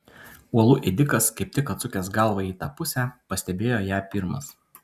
uolų ėdikas kaip tik atsukęs galvą į tą pusę pastebėjo ją pirmas